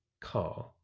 car